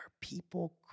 people